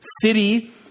City